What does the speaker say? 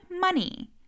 money